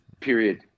Period